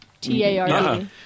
T-A-R-D